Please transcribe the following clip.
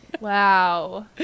Wow